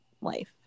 life